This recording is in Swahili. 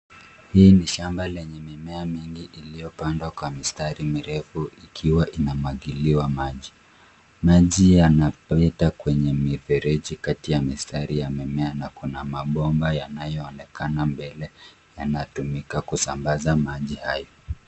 Hii ni shamba lenye mimea ikiwaimepandwa kwenye mstari ndefu ikiwainamwagiliwa maji. Maji yanapita kwenye miferiji kati ya mistari ya mmea na kuna mabomba yanayoonekana mbele, yanatumika kusambaza maji hayo.